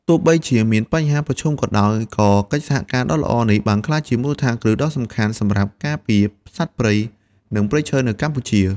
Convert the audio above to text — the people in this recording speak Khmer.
ទោះបីជាមានបញ្ហាប្រឈមក៏ដោយ ក៏កិច្ចសហការដ៏ល្អនេះបានក្លាយជាមូលដ្ឋានគ្រឹះដ៏សំខាន់សម្រាប់ការពារសត្វព្រៃ និងព្រៃឈើនៅកម្ពុជា។